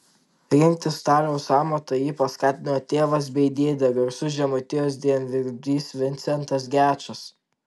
rinktis staliaus amatą jį paskatino tėvas bei dėdė garsus žemaitijos dievdirbys vincentas gečas